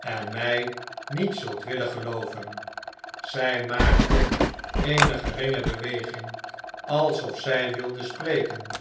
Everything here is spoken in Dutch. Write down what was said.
en mij niet zult willen gelooven zij maakte eene geringe beweging alsof zij wilde spreken